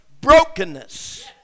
brokenness